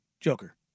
Joker